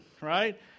right